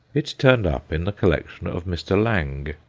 it turned up in the collection of mr. lange,